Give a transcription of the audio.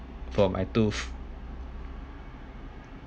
for my tooth